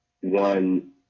one